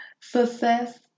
Success